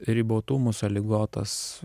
ribotumų sąlygotas